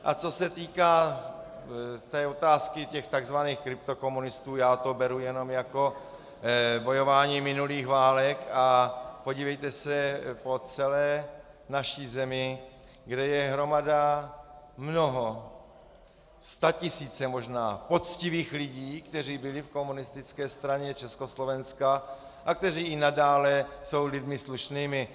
A co se týká otázky tzv. kryptokomunistů, já to beru jenom jako bojování minulých válek, a podívejte se po celé naší zemí, kde je hromada, mnoho, statisíce možná poctivých lidí, kteří byli v Komunistické straně Československa a kteří i nadále jsou lidmi slušnými.